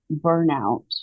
burnout